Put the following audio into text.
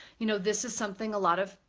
you know this is something a lot of,